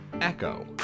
Echo